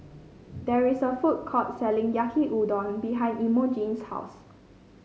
there is a food court selling Yaki Udon behind Imogene's house